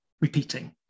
repeating